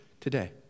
today